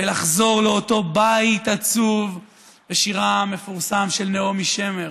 ולחזור לאותו בית עצוב בשירה המפורסם של נעמי שמר.